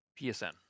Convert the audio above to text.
PSN